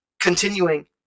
Continuing